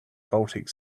baltic